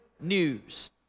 news